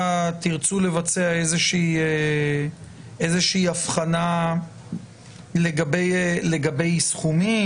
לבצע איזושהי הבחנה לגבי סכומים,